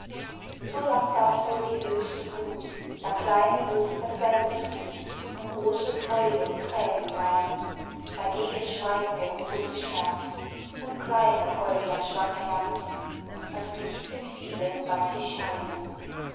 so lacht auch wohl die höchste wut da kleine lust dasselbe thut und große freuden thränen weinen dagegen schweigt der große schmerz um kleine heult das schwache herz das nicht sind viele was sie scheinen